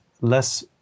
less